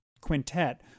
quintet